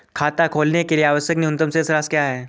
खाता खोलने के लिए आवश्यक न्यूनतम शेष राशि क्या है?